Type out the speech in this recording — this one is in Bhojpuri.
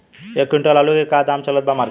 एक क्विंटल आलू के का दाम चलत बा मार्केट मे?